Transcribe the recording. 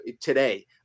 today